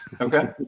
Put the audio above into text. okay